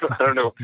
i don't know.